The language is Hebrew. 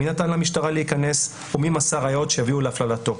מי נתן למשטרה להיכנס ומי מסר ראיות שהביאו להפללתו.